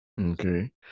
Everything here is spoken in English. Okay